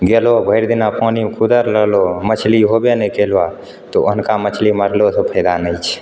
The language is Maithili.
जेबहो भरि दिना पानिमे कूदल रहलहो मछली होयबे नहि कैलऽ तऽ ओहनका मछली मारलो से फायदा नहि छै